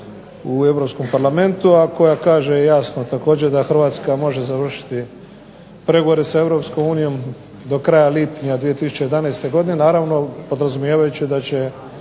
Hrvatska može završiti pregovore sa Europskom unijom do kraja lipnja 2011. godine naravno podrazumijevajući da će